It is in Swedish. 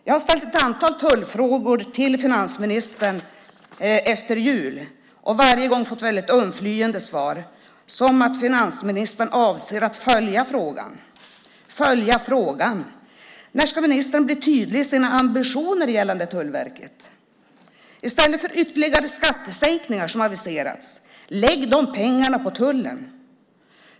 Jag har ställt ett antal tullfrågor till finansministern efter jul och varje gång fått väldigt undflyende svar, till exempel att finansministern avser att följa frågan. "Följa frågan" - när ska ministern bli tydlig i sina ambitioner gällande Tullverket? I stället för ytterligare skattesänkningar, som aviseras, lägg pengarna på tullen!